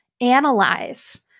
analyze